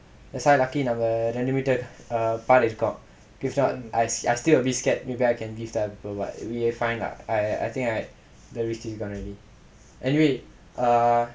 that's why lucky நாங்க:naanga renovated part is gone if not I still a bit scared maybe I can give but we are fine lah I I think I gonna be anyway err